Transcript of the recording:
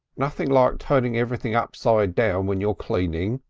nothing like turning everything upside down when you're cleaning,